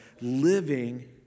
living